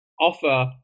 offer